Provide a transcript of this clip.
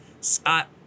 scott